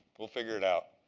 we'll figure it out.